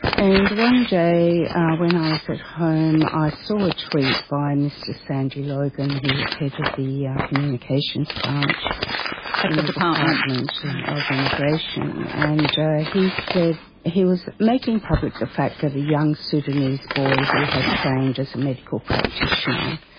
and one day when i was at home i saw a tweet by mr sandi logan who was head of the communications branch at the department of immigration, and he said he was making public the fact that a young sudanese boy who had trained as a medical practitioner,